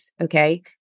Okay